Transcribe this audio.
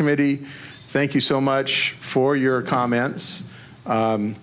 committee thank you so much for your comments it